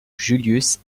julius